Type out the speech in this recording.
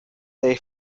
they